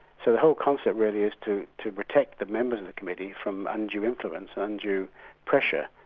so the whole concept really is to to protect the members of the committee from undue influence, ah undue pressure,